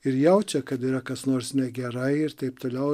ir jaučia kad yra kas nors negerai ir taip toliau